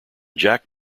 jack